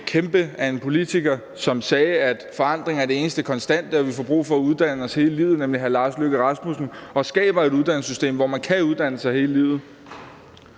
til den kæmpe af en politiker, som sagde, at forandring er det eneste konstante, og at vi får brug for at uddanne os hele livet, nemlig hr. Lars Løkke Rasmussen, og skaber et uddannelsessystem, hvor man kan uddanne sig hele livet.